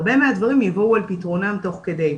הרבה מהדברים יבואו על פתרונם תוך כדי,